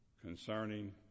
concerning